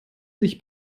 sich